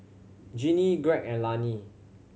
Ginny Greg and Lani